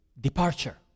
departure